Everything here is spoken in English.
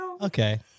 Okay